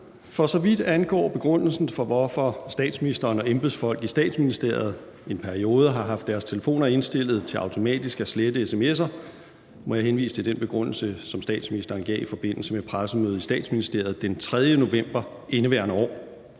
For så vidt angår begrundelsen for, hvorfor statsministeren og embedsfolk i Statsministeriet i en periode har haft deres telefoner indstillet til automatisk at slette sms'er, må jeg henvise til den begrundelse, som statsministeren gav i forbindelse med pressemødet i Statsministeriet den 3. november indeværende år.